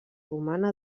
romana